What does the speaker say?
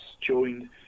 joined